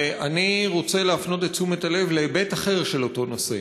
ואני רוצה להפנות את תשומת הלב להיבט אחר של אותו נושא.